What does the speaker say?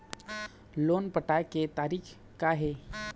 Loan पटाए के तारीख़ का हे?